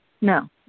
No